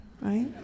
right